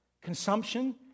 consumption